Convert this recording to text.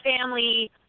family